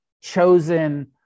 chosen